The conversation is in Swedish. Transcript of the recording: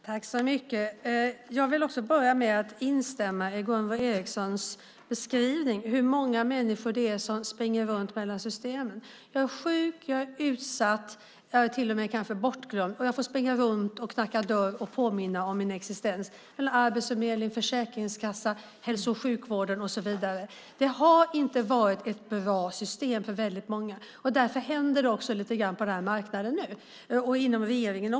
Herr talman! Jag vill börja med att instämma i Gunvor G Ericsons beskrivning av hur många människor som springer runt mellan systemen. Jag är sjuk, jag är utsatt och jag är bortglömd, och jag får springa runt och knacka dörr och påminna om min existens. Det handlar om Arbetsförmedlingen, Försäkringskassan, hälso och sjukvården och så vidare. Det har inte varit ett bra system för väldigt många. Därför händer det nu lite grand på den marknaden och också inom regeringen.